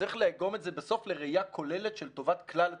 וצריך לאגום את זה בסוף לראיה כוללת של טובת כלל הציבור.